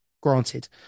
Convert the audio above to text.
Granted